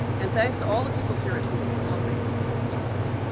and thanks to all the people here at google that helped make this event possible.